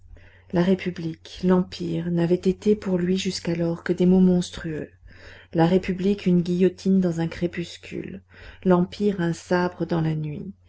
la république l'empire n'avaient été pour lui jusqu'alors que des mots monstrueux la république une guillotine dans un crépuscule l'empire un sabre dans la nuit